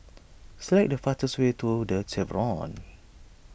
select the fastest way to the Chevrons